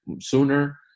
sooner